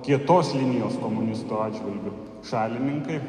kietos linijos komunistų atžvilgiu šalininkai